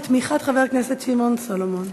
בתמיכת חבר הכנסת שמעון סולומון,